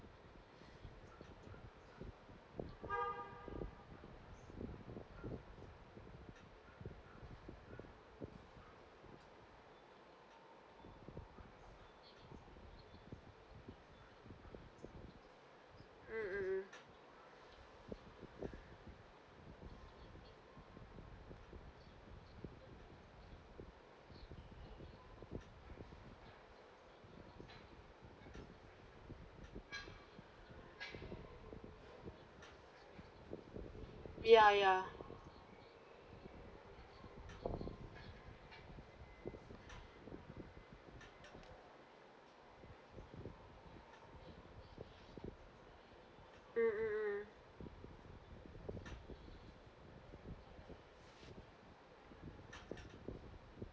mm mm mm ya ya mm mm mm